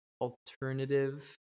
alternative